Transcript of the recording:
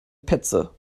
petze